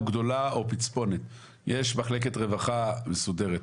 גדולה או פצפונת יש מחלקת רווחה מסודרת,